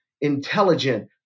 intelligent